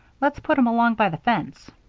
let's put em along by the fence.